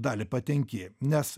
dalį patenki nes